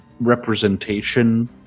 representation